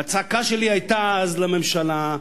והצעקה שלי היתה אז לממשלה: